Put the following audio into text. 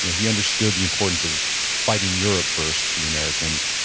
you know he understood the importance of fighting europe first for the americans.